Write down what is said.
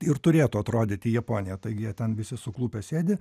ir turėtų atrodyti japonija taigi ten visi suklupę sėdi